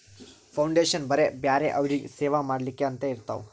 foundation ಬರೇ ಬ್ಯಾರೆ ಅವ್ರಿಗ್ ಸೇವಾ ಮಾಡ್ಲಾಕೆ ಅಂತೆ ಇರ್ತಾವ್